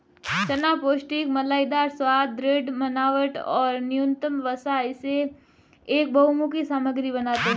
चना पौष्टिक मलाईदार स्वाद, दृढ़ बनावट और न्यूनतम वसा इसे एक बहुमुखी सामग्री बनाते है